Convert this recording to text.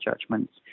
judgments